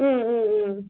ம் ம் ம்